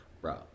bro